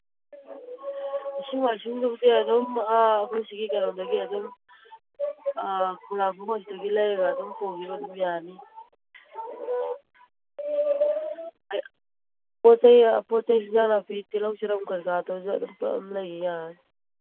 ꯏꯁꯤꯡ ꯃꯥꯏꯁꯤꯡꯗꯨꯕꯨꯗꯤ ꯑꯗꯨꯝ ꯑꯩꯈꯣꯏ ꯁꯤꯒꯤ ꯀꯩꯅꯣꯗꯒꯤ ꯑꯗꯨꯝ ꯂꯩꯔꯒ ꯑꯗꯨꯝ ꯄꯨꯒꯤꯕ ꯑꯗꯨꯝ ꯌꯥꯅꯤ ꯄꯣꯠ ꯆꯩ ꯑꯦꯟꯁꯥꯡ ꯅꯥꯄꯤ ꯇꯤꯜꯍꯧ ꯆꯅꯝ ꯀꯔꯤ ꯀꯔꯥꯗꯨꯁꯨ ꯄꯨꯂꯞ ꯑꯗꯨꯝ ꯂꯩꯒꯤ ꯌꯥꯔꯅꯤ